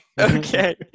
Okay